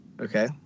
Okay